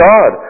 God